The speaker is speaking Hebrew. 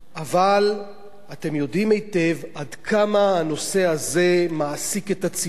אבל אתם יודעים היטב עד כמה הנושא הזה מעסיק את הציבור,